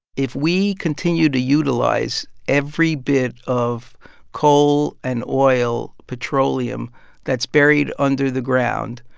if we continue to utilize every bit of coal and oil, petroleum that's buried under the ground,